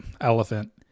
elephant